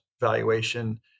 valuation